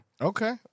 Okay